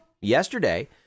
Yesterday